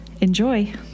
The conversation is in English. Enjoy